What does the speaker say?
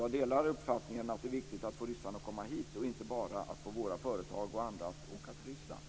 Jag delar uppfattningen att det är viktigt att få ryssarna att komma hit, inte bara att få våra företag och andra att åka till Ryssland.